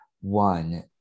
one